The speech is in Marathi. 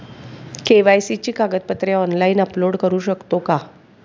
के.वाय.सी ची कागदपत्रे ऑनलाइन अपलोड करू शकतो का?